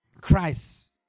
Christ